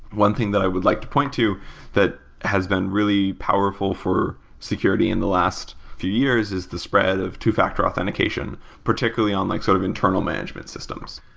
one thing that i would like to point to that has been really powerful for security in the last few years is the spread of two-factor authentication, particularly on like sort of internal management systems.